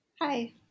Hi